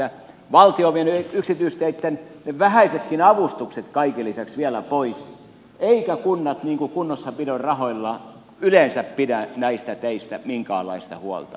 valtio on vienyt yksityisteitten vähäisetkin avustukset kaiken lisäksi vielä pois eivätkä kunnat kunnossapidon rahoilla yleensä pidä näistä teistä minkäänlaista huolta